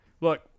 Look